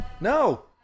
No